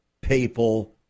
papal